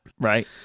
right